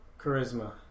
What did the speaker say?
charisma